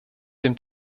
dem